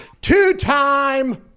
two-time